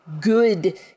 good